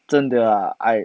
真的啊 I